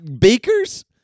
beakers